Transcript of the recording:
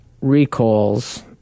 recalls